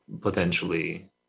potentially